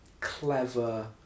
clever